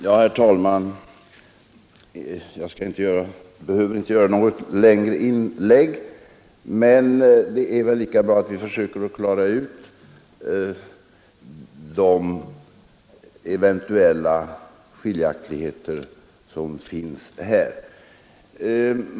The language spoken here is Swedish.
Herr talman! Jag behöver inte göra något längre inlägg, men det är väl ändå angeläget att vi försöker klara ut de eventuella skiljaktigheter som finns.